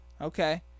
Okay